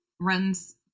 runs